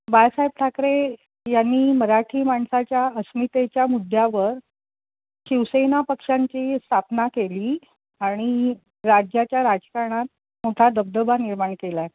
बाळासाहेब ठाकरे यांनी मराठी माणसाच्या अस्मितेच्या मुद्द्यावर शिवसेना पक्षांची स्थापना केली आणि राज्याच्या राजकारणात मोठा दबदबा निर्माण केला आहे